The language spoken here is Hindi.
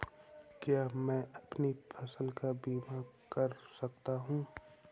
क्या मैं अपनी फसल का बीमा कर सकता हूँ?